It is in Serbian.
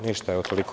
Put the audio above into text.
Ništa, evo toliko.